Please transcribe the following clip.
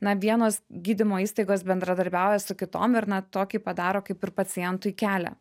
na vienos gydymo įstaigos bendradarbiauja su kitom ir na tokį padaro kaip ir pacientui kelią